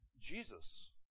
Jesus